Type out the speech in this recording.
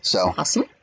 Awesome